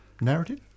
narrative